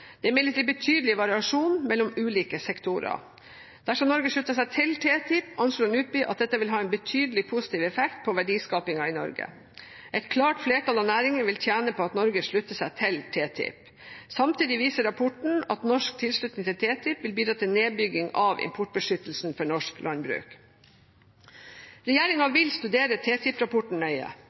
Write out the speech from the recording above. Det er imidlertid betydelig variasjon mellom ulike sektorer. Dersom Norge slutter seg til TTIP, anslår NUPI at dette vil ha en betydelig positiv effekt på verdiskapingen i Norge. Et klart flertall av næringene vil tjene på at Norge slutter seg til TTIP. Samtidig viser rapporten at norsk tilslutning til TTIP vil bidra til nedbygging av importbeskyttelsen for norsk landbruk. Regjeringen vil studere TTIP-rapporten nøye.